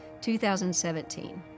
2017